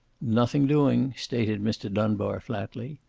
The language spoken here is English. nothing doing, stated mr. dunbar, flatly.